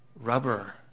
rubber